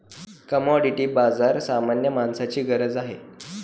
commodity बाजार सामान्य माणसाची गरज आहे